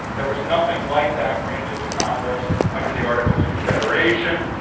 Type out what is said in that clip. there was nothing like that granted to congress under the articles of confederation.